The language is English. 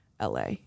la